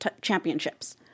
championships